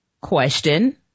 Question